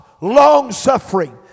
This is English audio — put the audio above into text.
long-suffering